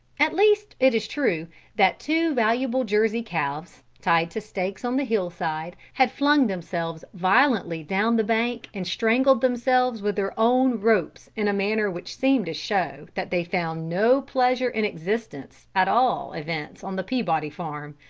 at least, it is true that two valuable jersey calves, tied to stakes on the hillside, had flung themselves violently down the bank and strangled themselves with their own ropes in a manner which seemed to show that they found no pleasure in existence, at all events on the peabody farm.